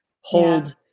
hold